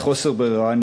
מחוסר ברירה,